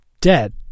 dead